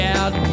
out